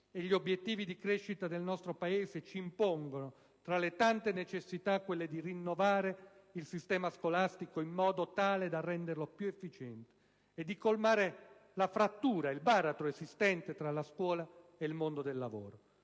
e gli obiettivi di crescita del nostro Paese ci impongono, tra le tante necessità, quella di rinnovare il sistema scolastico in modo tale da renderlo più efficiente, e di colmare il baratro esistente tra la scuola e il mondo del lavoro.